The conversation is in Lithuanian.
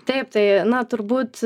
taip tai na turbūt